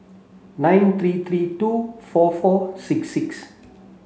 nine three three two four four six six